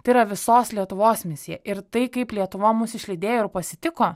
tai yra visos lietuvos misija ir tai kaip lietuva mus išlydėjo ir pasitiko